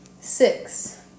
Six